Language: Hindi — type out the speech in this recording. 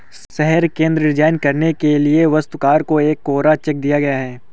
शहर केंद्र डिजाइन करने के लिए वास्तुकार को एक कोरा चेक दिया गया